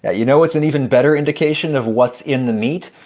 ah you know what's an even better indication of what's in the meat?